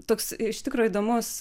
toks iš tikro įdomus